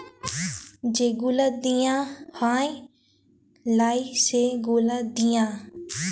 যে গুলা দিঁয়া হ্যয় লায় সে গুলা দিঁয়া